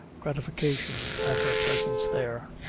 gratification at her presence there.